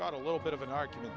got a little bit of an argument